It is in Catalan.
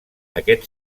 aquest